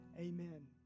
amen